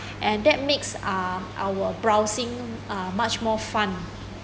and that makes uh our browsing uh much more fun